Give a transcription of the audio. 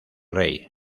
rey